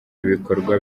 ibikorwa